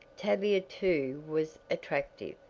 tavia too was attractive,